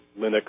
Linux